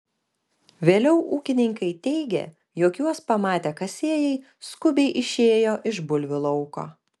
vėliau ūkininkai teigė jog juos pamatę kasėjai skubiai išėjo iš bulvių lauko